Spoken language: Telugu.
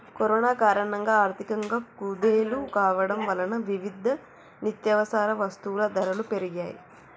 కరోనా కారణంగా ఆర్థికంగా కుదేలు కావడం వలన వివిధ నిత్యవసర వస్తువుల ధరలు పెరిగాయ్